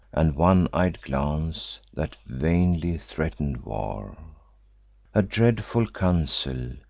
and one-eyed glance, that vainly threaten'd war a dreadful council,